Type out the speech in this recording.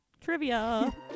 Trivia